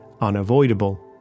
unavoidable